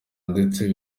ndetse